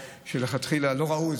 שמלכתחילה לא ראו.